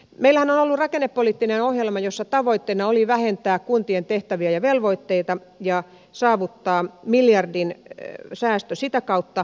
meillähän on ollut rakennepoliittinen ohjelma jossa tavoitteena oli vähentää kuntien tehtäviä ja velvoitteita ja saavuttaa miljardin säästö sitä kautta